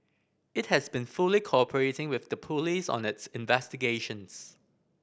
it has been fully cooperating with the police on its investigations